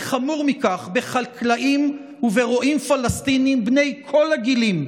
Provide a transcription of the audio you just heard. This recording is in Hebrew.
וחמור מכך: בחקלאים וברועים פלסטינים בני כל הגילים,